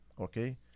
okay